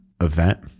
event